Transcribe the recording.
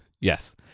Yes